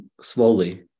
slowly